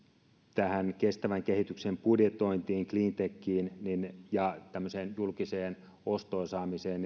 tähän kestävän kehityksen budjetointiin cleantechiin ja tällaiseen julkiseen osto osaamiseen